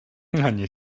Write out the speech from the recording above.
ani